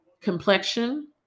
complexion